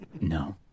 No